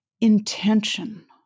intention